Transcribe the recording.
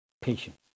patience